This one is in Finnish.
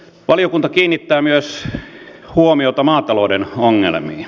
valiokunta kiinnittää myös huomiota maatalouden ongelmiin